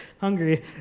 hungry